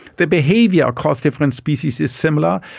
the behaviour across different species is similar,